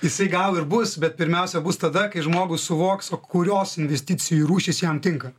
jisai gal ir bus bet pirmiausia bus tada kai žmogus suvoks o kurios investicijų rūšys jam tinka